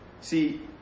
See